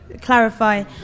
clarify